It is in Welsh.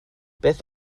beth